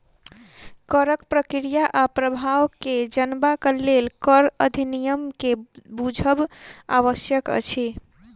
करक प्रक्रिया आ प्रभाव के जनबाक लेल कर अधिनियम के बुझब आवश्यक अछि